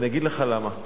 אני אגיד לך למה,